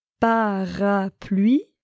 parapluie